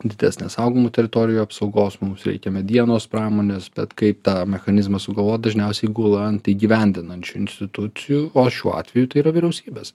didesnės saugomų teritorijų apsaugos mus reikia medienos pramonės bet kaip tą mechanizmą sugalvot dažniausiai gula ant įgyvendinančių institucijų o šiuo atveju tai yra vyriausybės